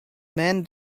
man